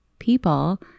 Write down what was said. people